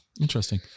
Interesting